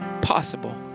possible